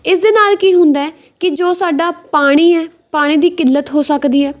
ਇਸ ਦੇ ਨਾਲ ਕੀ ਹੁੰਦਾ ਕਿ ਜੋ ਸਾਡਾ ਪਾਣੀ ਹੈ ਪਾਣੀ ਦੀ ਕਿੱਲਤ ਹੋ ਸਕਦੀ ਹੈ